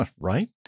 Right